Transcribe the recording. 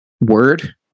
Word